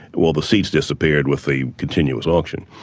well the seats disappeared with the continuous auction.